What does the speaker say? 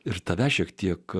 ir tave šiek tiek